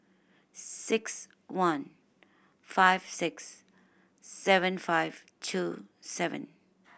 six one five six seven five two seven